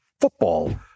football